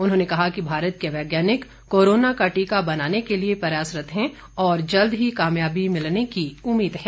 उन्होंने कहा कि भारत के वैज्ञानिक कोरोना का टीका बनाने के लिए प्रयासरत है और जल्द ही कामयाबी मिलने की उम्मीद है